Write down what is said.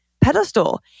pedestal